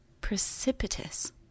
precipitous